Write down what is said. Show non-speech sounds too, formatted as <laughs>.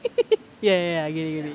<laughs> ya ya ya I get it get it